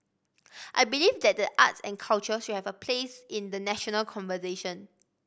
I believe that the arts and culture should have a place in the national conversation